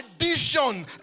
addition